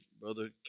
Brother